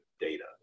data